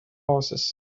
horses